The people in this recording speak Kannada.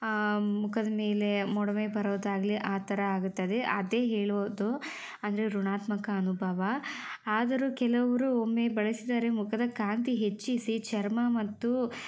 ಮುಖದ ಮೇಲೆ ಮೊಡವೆ ಬರೋದಾಗಲಿ ಆ ಥರ ಆಗುತ್ತದೆ ಅದೇ ಹೇಳುವುದು ಅಂದರೆ ಋಣಾತ್ಮಕ ಅನುಭವ ಆದರೂ ಕೆಲವರು ಒಮ್ಮೆ ಬಳಸಿದರೆ ಮುಖದ ಕಾಂತಿ ಹೆಚ್ಚಿಸಿ ಚರ್ಮ ಮತ್ತು